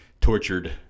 tortured